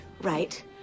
right